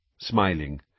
smiling